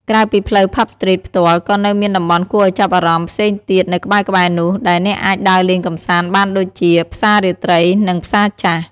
ក្រៅពីផ្លូវ ផាប់ ស្ទ្រីត ផ្ទាល់ ក៏នៅមានតំបន់គួរឲ្យចាប់អារម្មណ៍ផ្សេងទៀតនៅក្បែរៗនោះ ដែលអ្នកអាចដើរលេងកម្សាន្តបានដូចជា ផ្សាររាត្រី និង ផ្សារចាស់។